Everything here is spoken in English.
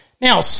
Now